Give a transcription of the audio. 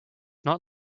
not